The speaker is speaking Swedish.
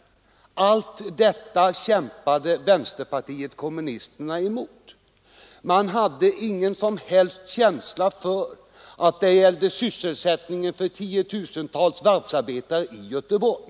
Allt detta kämpade vänsterpartiet kommunisterna principiellt emot. De hade ingen som helst känsla för att det gällde sysselsättningen för tiotusentals varvsarbetare i Göteborg.